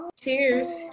Cheers